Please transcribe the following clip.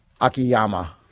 Akiyama